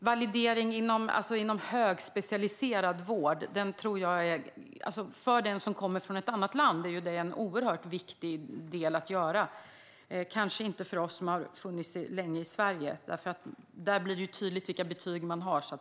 Validering inom högspecialiserad vård är oerhört viktigt för den som kommer från ett annat land, men kanske inte för oss som har funnits länge i Sverige. Där blir det tydligt vilka betyg man har.